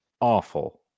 awful